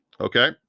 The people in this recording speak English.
Okay